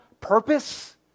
purpose